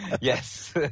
yes